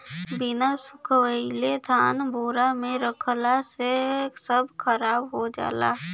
बिना सुखवले धान बोरा में रखला से सब खराब हो जाला